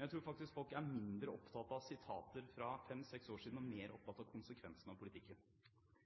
Jeg tror faktisk folk er mindre opptatt av sitater fra fem–seks år tilbake, og mer opptatt av konsekvensene av politikken.